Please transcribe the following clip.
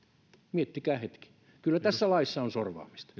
miettikää hetki kyllä tässä laissa on sorvaamista